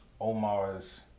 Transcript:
Omar's